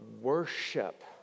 Worship